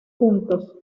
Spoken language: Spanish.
juntos